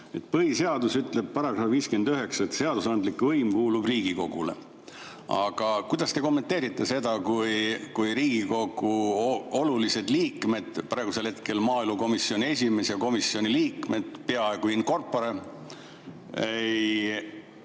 Põhiseadus ütleb, selle § 59, et seadusandlik võim kuulub Riigikogule. Aga kuidas te kommenteerite seda, kui Riigikogu olulised liikmed, praegusel hetkel maaelukomisjoni esimees ja komisjoni liikmed, peaaeguin corporeei